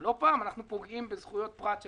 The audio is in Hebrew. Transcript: לא פעם אנחנו פוגעים בזכויות פרט של